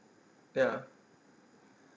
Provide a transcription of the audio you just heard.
ya